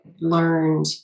learned